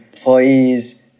Employees